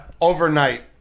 overnight